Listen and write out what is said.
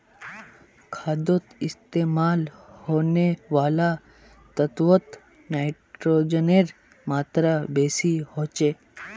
खादोत इस्तेमाल होने वाला तत्वोत नाइट्रोजनेर मात्रा बेसी होचे